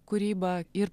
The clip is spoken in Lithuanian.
kūrybą ir